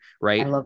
right